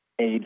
aid